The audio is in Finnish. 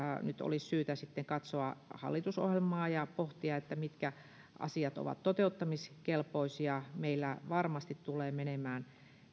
nyt olisi syytä katsoa hallitusohjelmaa ja pohtia mitkä asiat ovat toteuttamiskelpoisia meillä varmasti tulee menemään